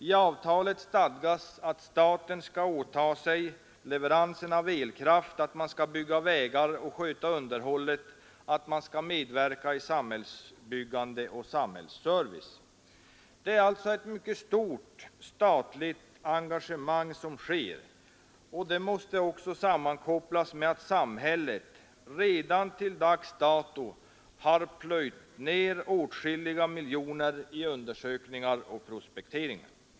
I avtalet stadgas att staten skall åta sig leveransen av elkraft, bygga vägar och sköta underhållet samt medverka i samhällsbyggande och samhällsservice. Det är alltså ett mycket stort statligt engagemang som görs och det måste också sammankopplas med att samhället redan till dags dato har plöjt ner åtskilliga miljoner i undersökningar och prospekteringar.